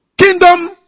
Kingdom